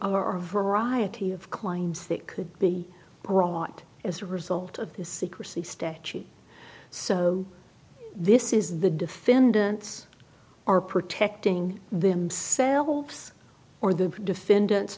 he variety of claims that could be brought as a result of the secrecy statute so this is the defendants are protecting themselves or the defendant